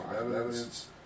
evidence